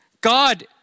God